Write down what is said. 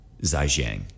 Zhejiang